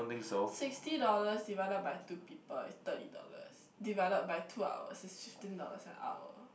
sixty dollars divided by two people is thirty dollars divided by two hours is fifteen dollars an hour congra~